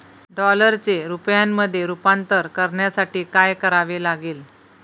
डॉलरचे रुपयामध्ये रूपांतर करण्यासाठी काय करावे लागेल?